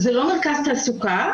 זה לא מרכז תעסוקה,